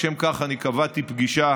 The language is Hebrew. לשם כך אני קבעתי פגישה